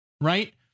Right